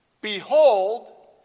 Behold